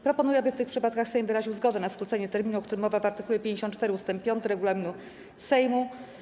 Proponuję, aby w tych przypadkach Sejm wyraził zgodę na skrócenie terminu, o którym mowa w art. 54 ust. 5 regulaminu Sejmu.